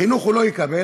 חינוך הוא לא יקבל,